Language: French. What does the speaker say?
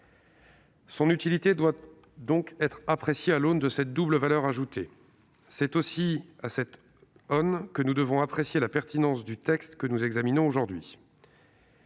Son utilité doit donc être appréciée à l'aune de cette double valeur ajoutée. C'est aussi à cette aune que nous devons apprécier la pertinence du texte que nous examinons aujourd'hui.